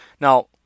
now